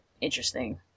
interesting